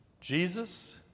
Jesus